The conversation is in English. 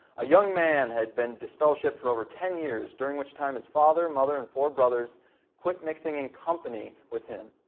a young man had been disfellowshipped for over ten years. during which time his father, mother and brothers brothers quit mixing in company with him.